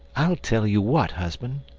i'll tell you what, husband,